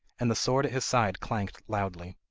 and the sword at his side clanked loudly.